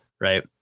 right